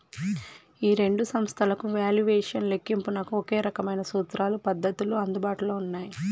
ఈ రెండు సంస్థలకు వాల్యుయేషన్ లెక్కింపునకు ఒకే రకమైన సూత్రాలు పద్ధతులు అందుబాటులో ఉన్నాయి